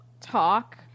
talk